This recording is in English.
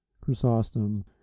Chrysostom